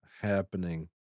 happening